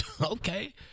okay